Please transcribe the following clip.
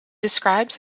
described